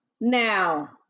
Now